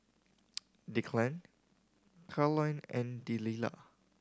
Declan Karolyn and Delilah